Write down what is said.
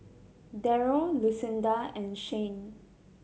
Darrell Lucinda and Shane